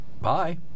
Bye